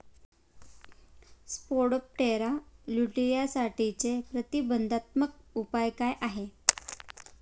Spodoptera लिट्युरासाठीचे प्रतिबंधात्मक उपाय काय आहेत?